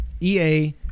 EA